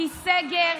אז בגלל שהיא נשארת,